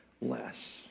less